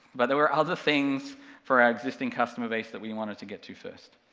but there were other things for our existing customer base that we wanted to get to first.